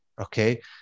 Okay